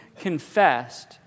confessed